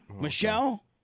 Michelle